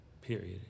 period